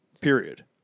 period